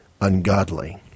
ungodly